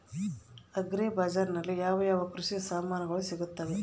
Agri ಬಜಾರಿನಲ್ಲಿ ಯಾವ ಯಾವ ಕೃಷಿಯ ಸಾಮಾನುಗಳು ಸಿಗುತ್ತವೆ?